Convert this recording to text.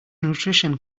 nutrition